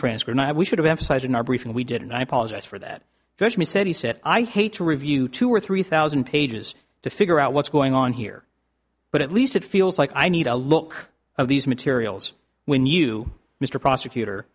transfer and i we should have emphasized in our briefing we did and i apologize for that first me said he said i hate to review two or three thousand pages to figure out what's going on here but at least it feels like i need a look of these materials when you mr prosecutor